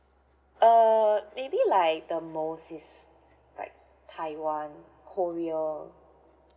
uh maybe like the most is like taiwan korea